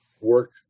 work